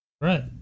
right